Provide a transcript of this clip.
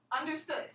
Understood